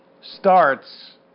starts